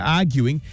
arguing